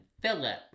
Philip